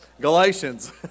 Galatians